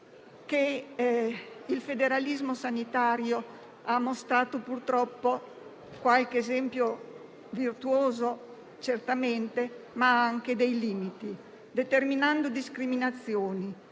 il federalismo sanitario ha mostrato certamente qualche esempio virtuoso ma anche dei limiti, determinando discriminazioni,